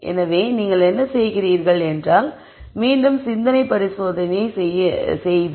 எனவே நீங்கள் என்ன செய்கிறீர்கள் என்றால் மீண்டும் சிந்தனை பரிசோதனையைச் செய்ய வேண்டும்